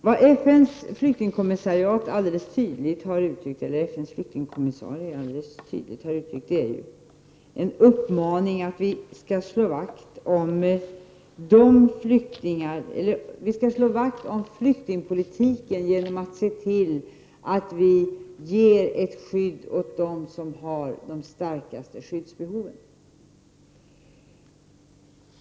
Vad FNs flyktingkommissarie alldeles tydligt har uttryckt är en uppmaning att vi skall slå vakt om flyktingpolitiken genom att se till att vi ger ett skydd åt dem som har de starkaste skyddsbehoven.